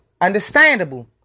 understandable